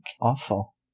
awful